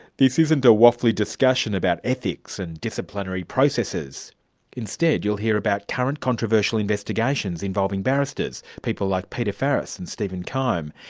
this isn't a waffly discussion about ethics and disciplinary processes instead, you'll hear about current controversial investigations involving barristers people like peter faris and stephen keim.